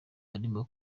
arimo